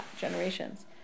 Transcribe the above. generations